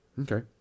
Okay